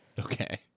Okay